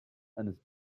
eines